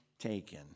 taken